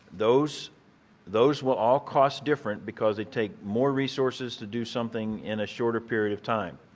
those those will all cost different because it take more resources to do something in a shorter period of time.